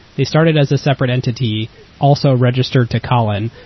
they started as a separate entity also registered to colin.